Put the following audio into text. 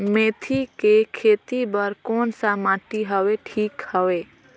मेथी के खेती बार कोन सा माटी हवे ठीक हवे?